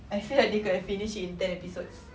I feel like they could have finished in ten episodes